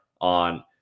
on